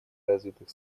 развитых